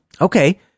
Okay